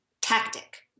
tactic